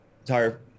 entire